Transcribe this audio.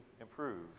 improve